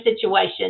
situation